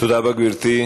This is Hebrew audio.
תודה רבה, גברתי.